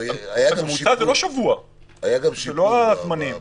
הממוצע הוא לא שבוע, אלו לא הזמנים.